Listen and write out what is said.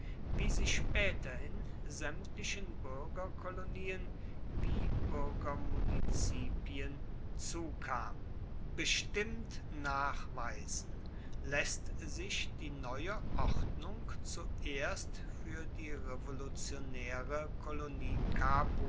wie sie späterhin sämtlichen bürgerkolonien wie bürgermunizipien zukam bestimmt nachweisen läßt sich die neue ordnung zuerst für die revolutionäre kolonie